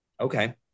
Okay